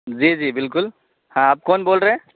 جی جی بالکل ہاں آپ کون بول رہے ہیں